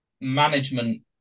management